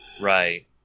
right